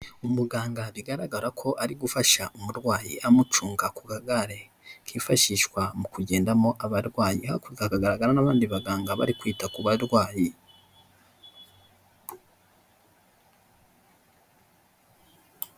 Umuganga bigaragara ko ari gufasha umurwayi amucunga ku kagare, kifashishwa mu kugendamo abarwayi, hakagaragara n'abandi baganga bari kwita ku barwayi.